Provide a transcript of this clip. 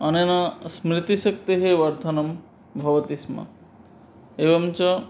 अनेन स्मृतिशक्तेः वर्धनं भवति स्म एवं च